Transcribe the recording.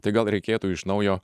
tai gal reikėtų iš naujo